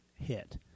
hit